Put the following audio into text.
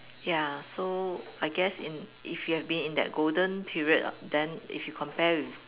ya so I guess in if you had been in that golden period then if you compare with